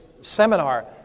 seminar